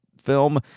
film